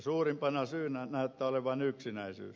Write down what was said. suurimpana syynä näyttää olevan yksinäisyys